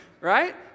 Right